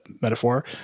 metaphor